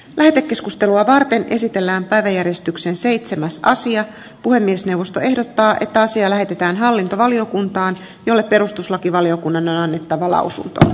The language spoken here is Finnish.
lähetekeskustelua varten esitellään päiväjärjestyksen seitsemäs sija puhemiesneuvosto ehdottaa että asia lähetetään hallintovaliokuntaan jolle perustuslakivaliokunnan annettava lausunto